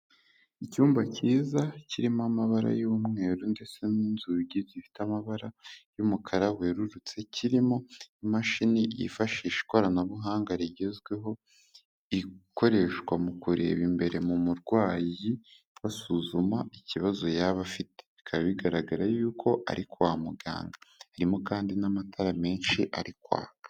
Icyumba kiza kirimo amabara y'umweru ndetse n'inzugi zifite amabara y'umukara werurutse, kirimo imashini yifashisha ikoranabuhanga rigezweho, ikoreshwa mu kureba imbere mu murwayi, basuzuma ikibazo yaba afite. Bikaba bigaragara yuko ari kwa muganga harimo kandi n'amatara menshi ari kwaka.